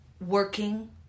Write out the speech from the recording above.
working